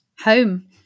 home